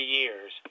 years